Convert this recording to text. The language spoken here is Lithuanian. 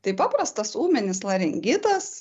tai paprastas ūminis laringitas